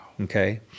Okay